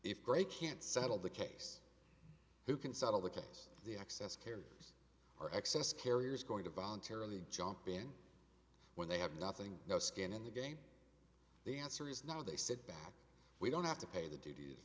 if gray can't settle the case who can settle the case the excess carriers are excess carriers going to voluntarily jump in when they have nothing no skin in the game the answer is no they sit back we don't have to pay the duty